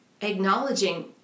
acknowledging